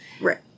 right